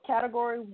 Category